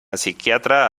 psiquiatra